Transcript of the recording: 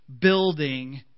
building